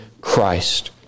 Christ